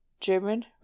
german